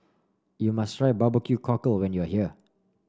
you must try B B Q Cockle when you are here